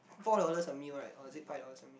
four dollars a meal right or is it five dollars a meal